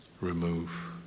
remove